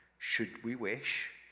should we wish,